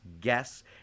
guess